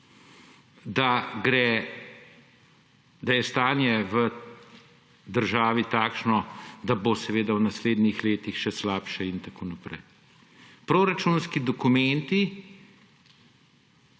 ni res, da je stanje v državi takšno, da bo seveda v naslednjih letih še slabše in tako naprej. Proračunski dokumenti